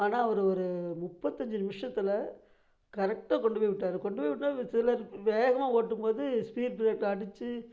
ஆனால் அவர் ஒரு முப்பத்தஞ்சு நிமிஷத்தில் கரெக்டாக கொண்டுப்போய் விட்டார் கொண்டு போய் விட்டால் சிலர் வேகமாக ஓட்டும் போது ஸ்பீடு ப்ரேக்கர் அடிச்சு